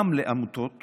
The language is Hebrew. לעמותות